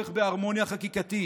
הצורך בהרמוניה חקיקתית.